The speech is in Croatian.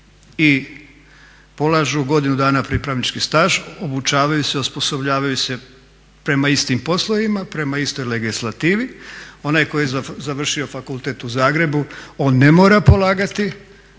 i polažu godinu dana pripravnički staž, obučavaju se osposobljavaju se prema istim poslovima, prema istoj legislativi. Onaj tko je završio fakultet u Zagrebu on ne mora polagati